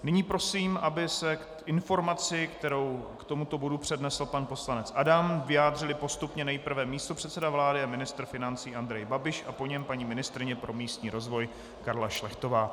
Nyní prosím, aby se k informaci, kterou k tomuto bodu přednesl pan poslanec Adam, vyjádřili postupně nejprve místopředseda vlády a ministra financí Andrej Babiš a po něm paní ministryně pro místní rozvoj Karla Šlechtová.